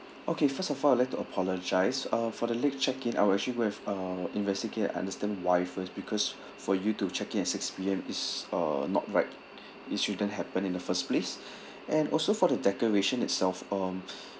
okay first of all I would like to apologise uh for the late check in I'll actually go and uh investigate and understand why first because for you to check in at six P_M is uh not right it shouldn't happen in the first place and also for the decoration itself um